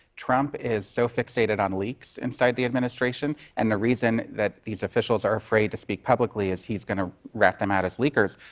trump is so fixated on leaks inside the administration, and the reason that these officials are afraid to speak publicly is he's going to rat them out as leakers.